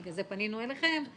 בגלל זה פנינו אליכם,